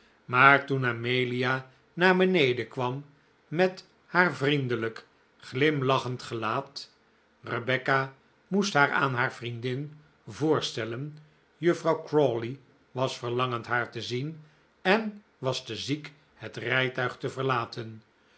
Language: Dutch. maar toen amelia naar beneden kwam met haar vriendelijk glimlachend gelaat rebecca moest haar aan haar vriendin voorstellen juffrouw crawley was verlangend haar te zien en was te ziek het rijtuig te verlaten